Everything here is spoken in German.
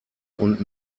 und